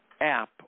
app